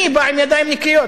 אני בא בידיים נקיות,